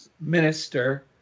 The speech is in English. minister